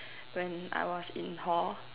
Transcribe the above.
when I was in hall